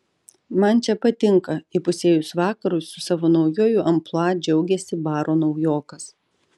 man čia patinka įpusėjus vakarui savo naujuoju amplua džiaugėsi baro naujokas